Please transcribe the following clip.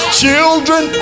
children